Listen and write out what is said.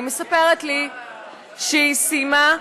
היא מספרת לי שהיא סיימה,